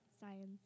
Science